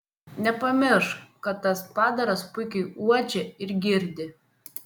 nepamiršk kad tas padaras puikiai uodžia ir girdi